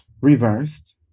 Reversed